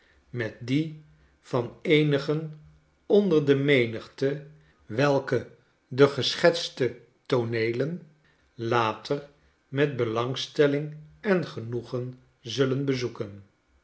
met die van eenigen onder de menigte welke de geschetste tooneelen jater met belangstelling en genoegen zullen bezbeken